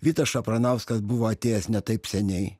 vytas šapranauskas buvo atėjęs ne taip seniai